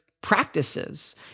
practices